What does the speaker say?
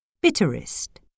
Bitterest